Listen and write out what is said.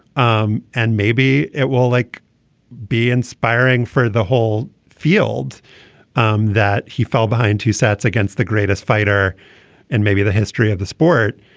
um and maybe it will like be inspiring for the whole field um that he fell behind two sets against the greatest fighter and maybe the history of the sport.